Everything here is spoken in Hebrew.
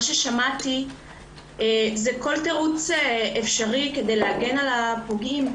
ששמעתי זה כל תירוץ אפשרי כדי להגן על הפוגעים,